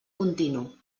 continu